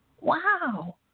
Wow